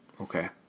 Okay